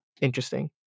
interesting